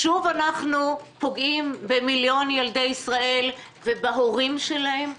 שוב אנחנו פוגעים במיליון ילדי ישראל ובהורים שלהם?